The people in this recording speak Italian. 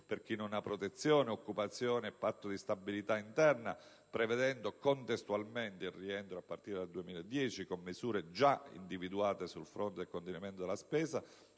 per chi non ha protezioni, occupazione e Patto di stabilità interna, prevedendo contestualmente il rientro a partire dal 2010 con misure già individuate sul fronte del contenimento della spesa,